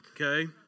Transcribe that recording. okay